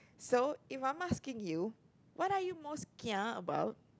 so if I'm asking you what are you most kia about